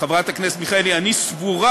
חברת הכנסת מיכאלי, אני סבורה